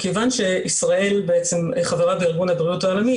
כיוון שישראל חברה בארגון הבריאות העולמי,